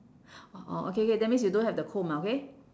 orh orh okay K that means you don't have the comb ah okay